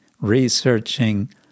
researching